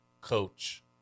coach